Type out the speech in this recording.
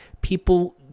People